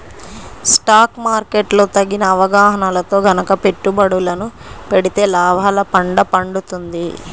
stock market లో తగిన అవగాహనతో గనక పెట్టుబడులను పెడితే లాభాల పండ పండుతుంది